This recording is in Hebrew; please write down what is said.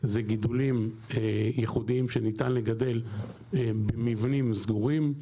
זה גידולים ייחודיים שניתן לגדל במבנים סגורים,